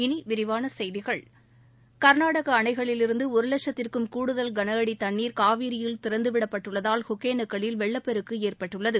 இனி விரிவான செய்திகள் கர்நாடக அணைகளிலிருந்து ஒரு வட்கத்திற்கும் கூடுதல் கனஅடி தண்ணீர் காவிரியில் திறந்து விடப்பட்டுள்ளதால் ஒகேனக்கல்லில் வெள்ளப்பெருக்கு ஏற்பட்டுள்ளது